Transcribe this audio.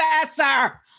professor